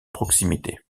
proximité